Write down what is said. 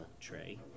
tray